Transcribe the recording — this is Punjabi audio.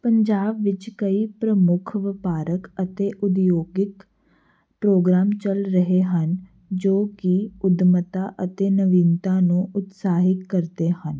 ਪੰਜਾਬ ਵਿੱਚ ਕਈ ਪ੍ਰਮੁੱਖ ਵਪਾਰਕ ਅਤੇ ਉਦਯੋਗਿਕ ਪ੍ਰੋਗਰਾਮ ਚੱਲ ਰਹੇ ਹਨ ਜੋ ਕਿ ਉੱਦਮਤਾ ਅਤੇ ਨਵੀਨਤਾ ਨੂੰ ਉਤਸ਼ਾਹਿਤ ਕਰਦੇ ਹਨ